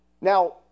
Now